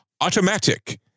Automatic